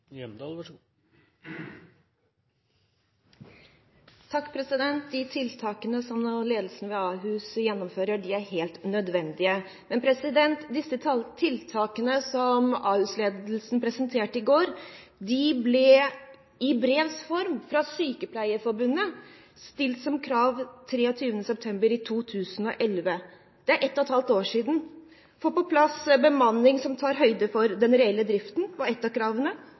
De tiltakene som ledelsen ved Ahus gjennomfører, er helt nødvendige. Men de tiltakene som Ahus-ledelsen presenterte i går, ble i brevs form fra Sykepleierforbundet stilt som krav 23. september 2011. Det er ett og et halvt år siden. Få på plass bemanning som tar høyde for den reelle driften, var et av kravene,